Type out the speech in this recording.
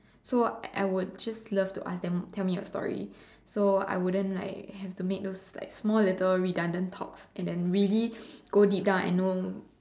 so I would just love to ask them tell me story so I wouldn't like have to make those like small little redundant talks and then really go deep down and know